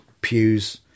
pews